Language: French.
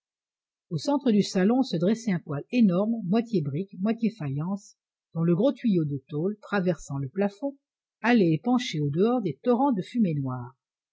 au centre du salon se dressait un poêle énorme moitié brique moitié faïence dont le gros tuyau de tôle traversant le plafond allait épancher au dehors des torrents de fumée noire